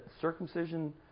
circumcision